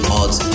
odds